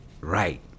right